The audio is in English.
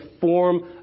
form